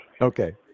Okay